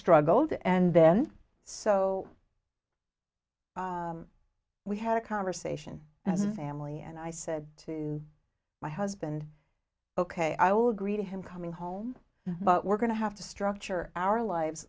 struggled and then so we had a conversation as a family and i said to my husband ok i will agree to him coming home but we're going to have to structure our lives